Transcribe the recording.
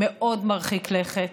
מאוד מרחיק לכת,